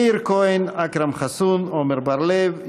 מאיר כהן, אכרם חסון, עמר בר-לב.